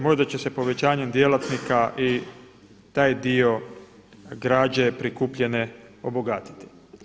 Možda će se povećanjem djelatnika i taj dio građe prikupljene obogatiti.